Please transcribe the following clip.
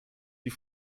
die